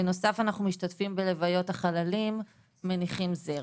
בנוסף אנחנו משתתפים בלוויות החללים ומניחים זר.